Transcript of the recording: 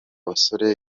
basore